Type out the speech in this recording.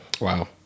Wow